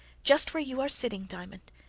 just where you are sitting, diamond,